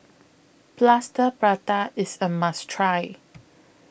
Plaster Prata IS A must Try